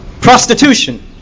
prostitution